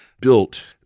built